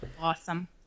Awesome